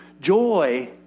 joy